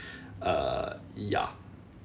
uh ya